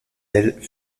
ailes